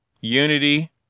Unity